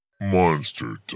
Monster